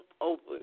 open